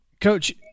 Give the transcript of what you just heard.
Coach